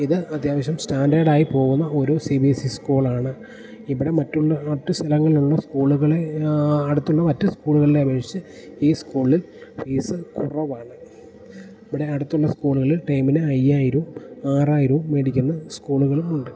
ഇത് അത്യാവശ്യം സ്റ്റാൻഡേഡ് ആയി പോകുന്ന ഒരു സി ബി എസ് ഇ സ്കൂളാണ് ഇവിടെ മറ്റ് സ്ഥലങ്ങളിലുള്ള സ്കൂളുകളെ അടുത്തുള്ള മറ്റ് സ്കൂളുകളെ അപേക്ഷിച്ച് ഈ സ്കൂളിൽ ഫീസ് കുറവാണ് ഇവിടെ അടുത്തുള്ള സ്കൂളുകളിൽ ടേമിന് അയ്യായിരവും ആറായിരവും മേടിക്കുന്ന സ്കൂളുകളുമുണ്ട്